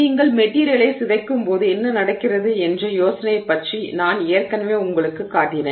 நீங்கள் மெட்டிரியலை சிதைக்கும்போது என்ன நடக்கிறது என்ற யோசனையைப் பற்றி நான் ஏற்கனவே உங்களுக்குக் காட்டினேன்